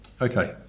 Okay